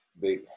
big